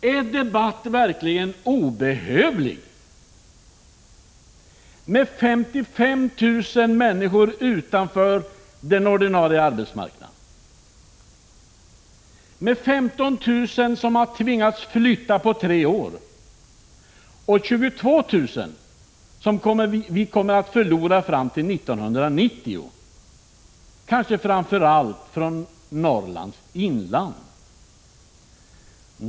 Är en debatt verkligen obehövlig när 55 000 människor står utanför den ordinarie arbetsmarknaden, när 15 000 tvingats flytta på tre år och när vi kommer att förlora 22 000 personer fram till 1990 framför allt från Norrlands inland?